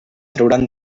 trauran